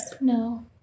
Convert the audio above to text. No